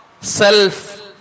Self